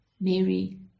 Mary